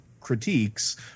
critiques